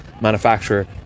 Manufacturer